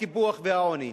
הקיפוח והעוני.